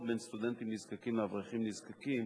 בין סטודנטים נזקקים לאברכים נזקקים,